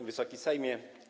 Wysoki Sejmie!